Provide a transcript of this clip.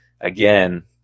again